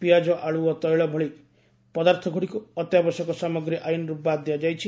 ପିଆଜ ଆଳୁ ଓ ତୈଳ ଭଳି ପଦାର୍ଥଗୁଡ଼ିକୁ ଅତ୍ୟାବଶ୍ୟକ ସାମଗ୍ରୀ ଆଇନ୍ରୁ ବାଦ୍ ଦିଆଯାଇଛି